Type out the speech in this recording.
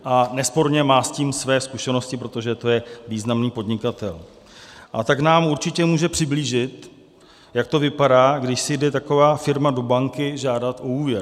A nesporně má s tím své zkušenosti, protože to je významný podnikatel, a tak nám určitě může přiblížit, jak to vypadá, když si jde taková firma do banky žádat o úvěr.